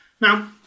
Now